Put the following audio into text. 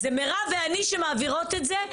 זה מירב ואני שמעבירות את זה.